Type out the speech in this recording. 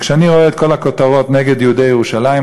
כשאני רואה את כל הכותרות נגד יהודי ירושלים,